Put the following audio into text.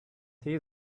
see